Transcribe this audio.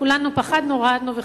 כולנו פחדנו, רעדנו וחסכנו.